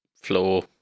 floor